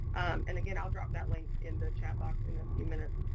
and again, i'll drop that link in the chat box in a few minutes.